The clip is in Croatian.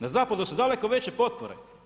Na zapadu su daleko veće potpore.